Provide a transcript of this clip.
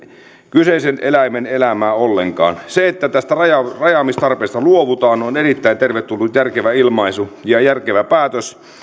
kyseisen eläimen elämää ollenkaan se että tästä rajaamistarpeesta luovutaan on erittäin tervetullut järkevä ilmaisu ja järkevä päätös